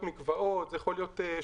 זה יכול להיות מקוואות,